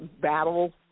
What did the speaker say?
battle